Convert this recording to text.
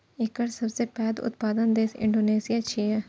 एकर सबसं पैघ उत्पादक देश इंडोनेशिया छियै